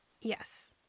Yes